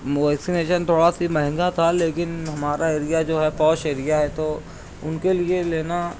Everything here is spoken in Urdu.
ویکسنیشن تھوڑا سی مہنگا تھا لیکن ہمارا ایریا جو ہے پاش ایریا ہے تو ان کے لیے لینا